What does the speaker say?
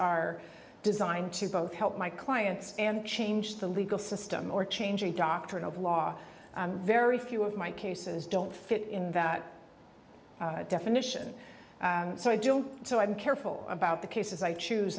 are designed to both help my clients and change the legal system or change a doctrine of law very few of my cases don't fit in that definition so i don't so i'm careful about the cases i choose